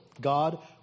God